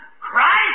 Christ